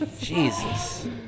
Jesus